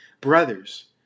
Brothers